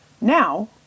Now